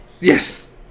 Yes